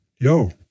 Yo